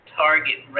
target